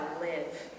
live